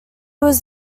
was